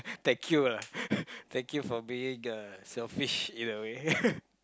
thank you lah thank you for being uh selfish in a way